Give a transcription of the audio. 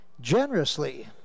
Generously